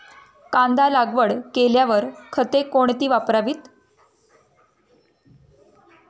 कांदा लागवड केल्यावर खते कोणती वापरावी?